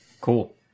Cool